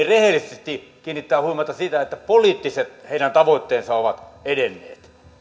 rehellisesti kiinnittää huomiota siihen että heidän poliittiset tavoitteensa ovat edenneet